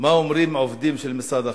מה אומרים העובדים של משרד החוץ.